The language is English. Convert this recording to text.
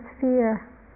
fear